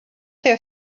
there